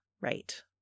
Right